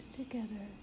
together